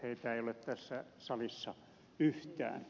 heitä ei ole tässä salissa yhtään